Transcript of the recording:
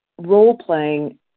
role-playing